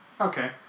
okay